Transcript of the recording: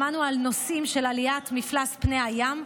שמענו על נושאים של עליית מפלס פני הים,